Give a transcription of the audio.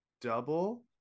double